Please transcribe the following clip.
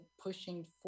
pushing